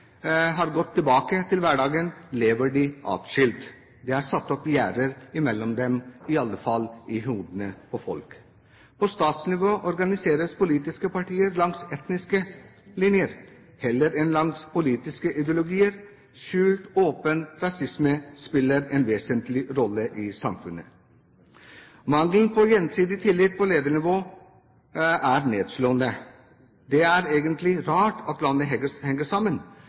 har gått tilbake til hverdagen, lever de atskilt. Det er satt opp gjerder imellom dem – i alle fall i hodene til folk. På statsnivå organiseres politiske partier langs etniske linjer heller enn langs politiske ideologier. Skjult og åpen rasisme spiller en vesentlig rolle i samfunnet. Mangelen på gjensidig tillit på ledernivå er nedslående. Det er egentlig rart at landet henger sammen.